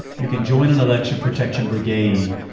you can join an election protection brigade,